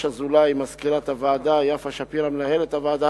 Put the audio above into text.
מנהלת הוועדה,